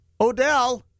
Odell